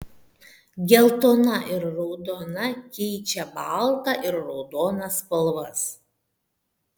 geltona ir raudona keičia baltą ir raudoną spalvas